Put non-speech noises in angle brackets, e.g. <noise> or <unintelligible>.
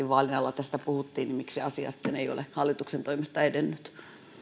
<unintelligible> vaalien alla tästä puhuttiin niin miksi asia sitten ei ole hallituksen toimesta edennyt